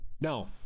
no